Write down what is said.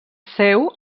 seu